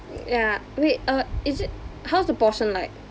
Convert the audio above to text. ya wait uh is it how's the portion like